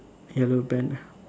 yellow pen